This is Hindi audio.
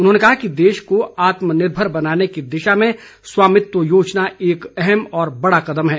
उन्होंने कहा कि देश को आत्मनिर्भर बनाने की दिशा में स्वामित्व योजना एक अहम व बड़ा कदम है